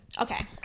Okay